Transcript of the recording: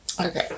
okay